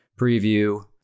preview